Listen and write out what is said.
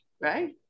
right